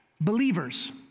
Believers